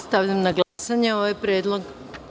Stavljam na glasanje ovaj predlog.